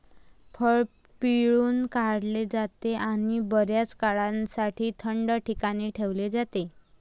फळ पिळून काढले जाते आणि बर्याच काळासाठी थंड ठिकाणी ठेवले जाते